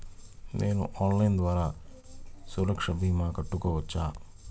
నేను ఆన్లైన్ ద్వారా సురక్ష భీమా కట్టుకోవచ్చా?